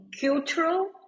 cultural